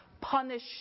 punish